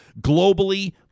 globally